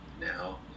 now